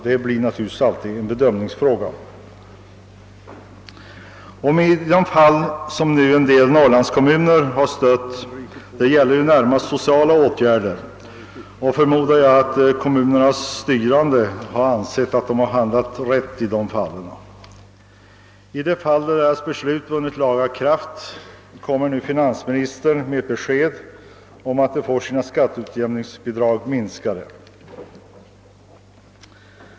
Där blir det alltid en bedömningsfråga. En del norrlandskommuner har givit stöd, men då har det närmast gällt sociala åtgärder, och jag förmodar att de styrande i kommunerna har ansett att de handlat rätt i de fallen. Men när kommunernas beslut har vunnit laga kraft, lämnar alltså finansministern nu det beskedet att kommunerna kommer att få sina skatteutjämningsbidrag minskade.